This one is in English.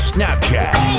Snapchat